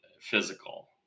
physical